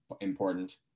important